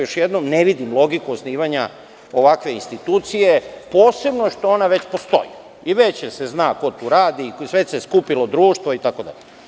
Još jednom, ne vidim logiku osnivanja ovakve institucije, posebno što ona već postoji i već se zna ko tu radi i već se skupilo društvo itd.